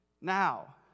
Now